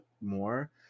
more